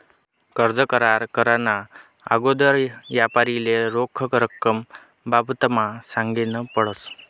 कर्ज करार कराना आगोदर यापारीले रोख रकमना बाबतमा सांगनं पडस